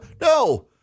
No